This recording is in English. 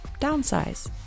downsize